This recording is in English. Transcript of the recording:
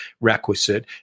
requisite